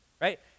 right